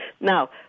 Now